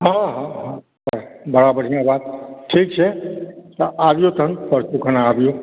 हँ हँ सहए बड़ा बढ़िआँ बात ठीक छै आबियौ तहन परसूँ खना आबियौ